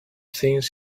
things